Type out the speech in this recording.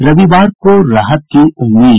रविवार को राहत की उम्मीद